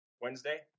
Wednesday